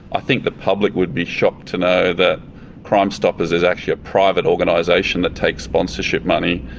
i think the public would be shocked to know that crime stoppers is actually a private organisation that takes sponsorship money,